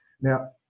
Now